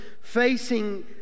facing